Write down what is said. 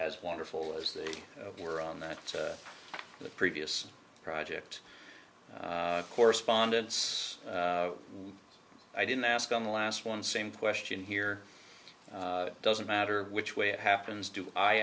as wonderful as they were on that the previous project correspondents i didn't ask on the last one same question here doesn't matter which way it happens do i